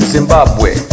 Zimbabwe